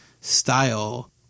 style